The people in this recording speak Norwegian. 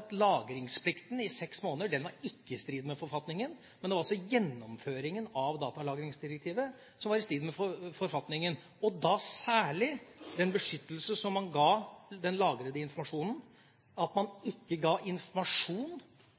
at lagringsplikten i seks måneder ikke var i strid med forfatningen, men det var altså gjennomføringen av datalagringsdirektivet som var i strid med forfatningen, og da særlig den beskyttelse man ga den lagrede informasjonen, at man ikke ga informasjon